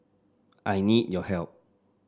I need your help